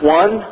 one